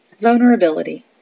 Vulnerability